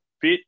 fit